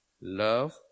Love